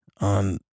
on